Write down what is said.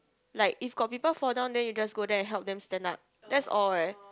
like if got people fall down then you just go there and help them stand up that's all leh